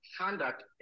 conduct